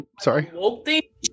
sorry